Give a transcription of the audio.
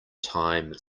time